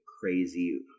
crazy